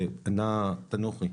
תנוחי.